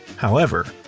however,